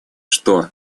что